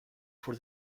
for